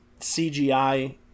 CGI